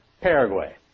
Paraguay